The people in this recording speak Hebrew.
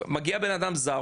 מגיע בנאדם זר,